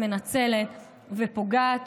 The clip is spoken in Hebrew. שמנצלת ופוגעת,